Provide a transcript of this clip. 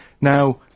now